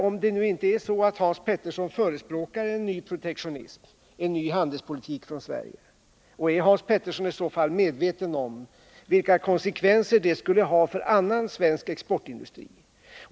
Om Hans Petersson förespråkar en ny protektionism eller en ny svensk handelspolitik, är han då medveten om vilka konsekvenser det skulle ha för annan svensk exportindustri?